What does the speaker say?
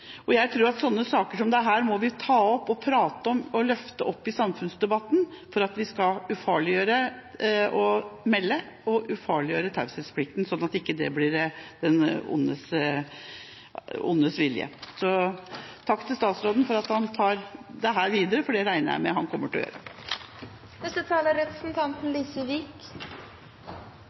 utålmodige. Jeg tror at saker som dette må vi ta opp, prate om og løfte opp i samfunnsdebatten for at vi skal ufarliggjøre det å melde og ufarliggjøre taushetsplikten, sånn at det ikke blir det ondes vilje. Takk til statsråden for at han tar dette videre, for det regner jeg med at han kommer til å